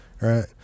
right